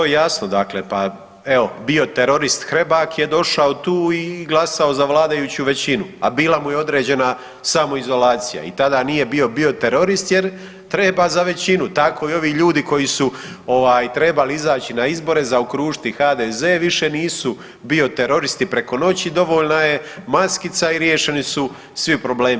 Pa to je jasno, pa evo bioterorist Hrebak je došao tu i glasao za vladajuću većinu, a bila mu je određena samoizolacija i tada nije bio bioterorist jer treba za većinu, tako i ovi ljudi koji su trebali izaći na izbore zaokružiti HDZ više nisu bioteroristi preko noći dovoljna je maskica i riješeni su svi problemi.